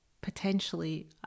potentially